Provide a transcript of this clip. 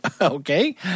Okay